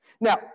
Now